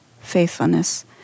faithfulness